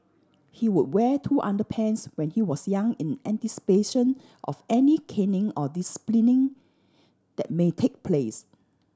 he would wear two underpants when he was young in anticipation of any caning or disciplining that may take place